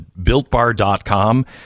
builtbar.com